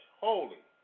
holy